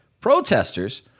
Protesters